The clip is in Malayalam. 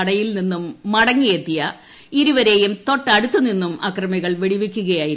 കടയിൽ നിന്നും മടങ്ങി എത്തിയ ഇരുവരെയും തൊട്ടടുത്തു നിന്നും അക്രമികൾ വെടിവയ്ക്കുകയായിരുന്നു